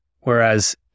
Whereas